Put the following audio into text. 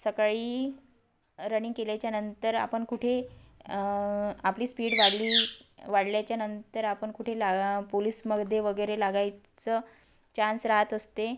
सकाळी रनिंग केल्याच्यानंतर आपण कुठे आपली स्पीड वाढली वाढल्याच्यानंतर आपण कुठे ला पोलीसमध्ये वगैरे लागायचं चान्स राहत असते